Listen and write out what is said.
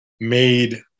made